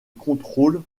contrôle